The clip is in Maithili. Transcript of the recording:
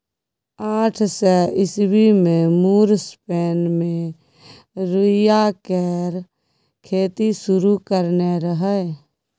आठ सय ईस्बी मे मुर स्पेन मे रुइया केर खेती शुरु करेने रहय